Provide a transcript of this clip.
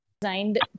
designed